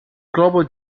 global